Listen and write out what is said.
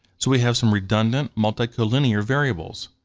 so we have some redundant multicollinear variables.